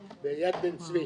ישורון, ביד בן צבי,